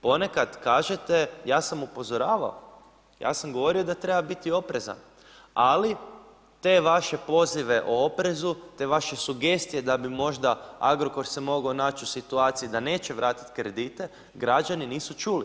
Ponekad kažete, ja sam upozoravao, ja sam govorio da treba biti oprezan, ali te vaše pozive o oprezu, te vaše sugestije da bi možda Agrokor se mogao naći u situaciji da neće vratiti kredite, građani nisu čuli.